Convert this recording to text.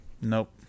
Nope